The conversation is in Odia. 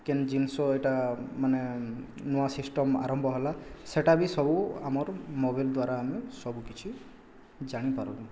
କେନ୍ ଜିନିଷ ଏଇଟା ମାନେ ନୂଆ ସିଷ୍ଟମ୍ ଆରମ୍ଭ ହେଲା ସେଇଟା ବି ସବୁ ଆମର୍ ମୋବାଇଲ୍ ଦ୍ୱାରା ଆମେ ସବୁକିଛି ଜାଣିପାରୁନ୍